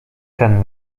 ten